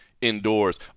indoors